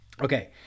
Okay